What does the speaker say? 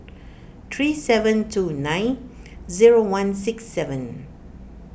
three seven two nine zero one six seven